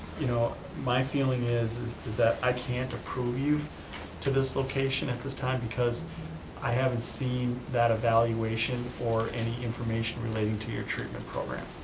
you, know my feeling is is is that i can't approve you to this location at this time because i haven't seen that evaluation or any information relating to your treatment program,